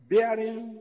Bearing